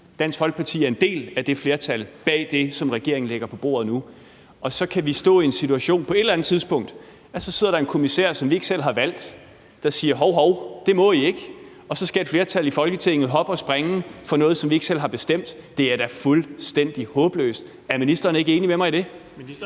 Dansk Folkeparti er en del af det flertal, bag det, som regeringen lægger på bordet nu – fordi der sidder en kommissær, som vi ikke selv har valgt, og siger, at hov, hov, det må vi ikke, og så skal et flertal i Folketinget hoppe og springe for noget, som vi ikke selv har bestemt? Det er da fuldstændig håbløst. Er ministeren ikke enig med mig i det?